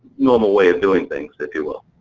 and um way of doing things, if you will.